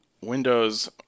Windows